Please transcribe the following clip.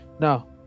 Now